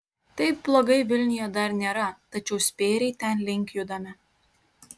taip blogai vilniuje dar nėra tačiau spėriai tenlink judame